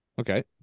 Okay